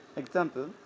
example